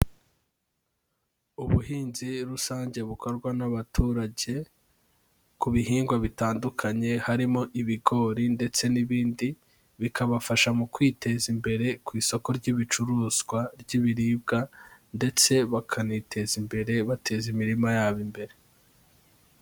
Ubuhinzi rusange bukorwa n'abaturage, ku bihingwa bitandukanye harimo ibigori ndetse n'ibindi, bikabafasha mu kwiteza imbere ku isoko ry'ibicuruzwa ry'ibiribwa ndetse bakaniteza imbere bateza imirima yabo imbere.